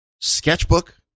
sketchbook